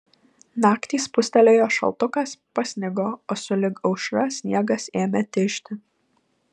naktį spustelėjo šaltukas pasnigo o sulig aušra sniegas ėmė tižti